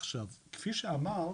עכשיו, כפי שאמרת,